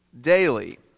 daily